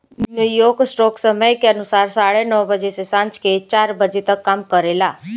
New York stock समय के अनुसार साढ़े नौ बजे से सांझ के चार बजे तक काम करेला